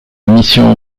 mission